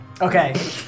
Okay